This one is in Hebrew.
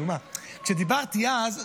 כשדיברתי אז,